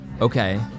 Okay